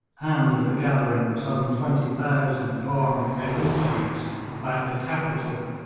and of the gathering of some twenty thousand armed belooches about the capital,